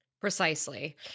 Precisely